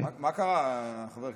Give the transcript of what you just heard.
מה קרה, חבר הכנסת?